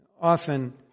often